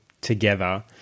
together